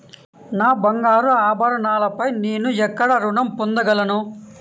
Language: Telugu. నా బంగారు ఆభరణాలపై నేను ఎక్కడ రుణం పొందగలను?